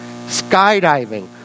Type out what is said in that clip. Skydiving